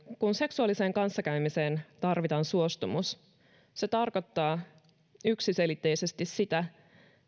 kun seksuaaliseen kanssakäymiseen tarvitaan suostumus se tarkoittaa yksiselitteisesti sitä